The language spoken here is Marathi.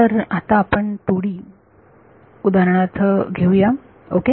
तर आता आपण 2D उदाहरणार्थ घेऊया ओके